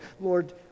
Lord